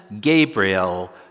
Gabriel